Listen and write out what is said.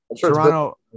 Toronto